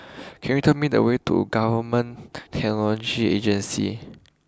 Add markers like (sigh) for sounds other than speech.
(noise) can you tell me the way to Government Technology Agency